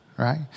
right